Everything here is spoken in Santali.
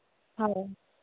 ᱦᱳᱭ